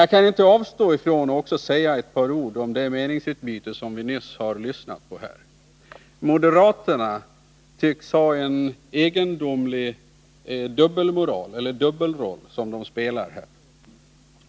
Jag kan emellertid inte avstå från att först säga några ord om det meningsutbyte som vi nyss har lyssnat till. Moderaterna tycks spela en egendomlig dubbelroll.